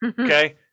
Okay